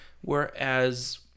Whereas